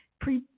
pre